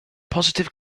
positive